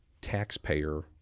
taxpayer